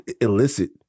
illicit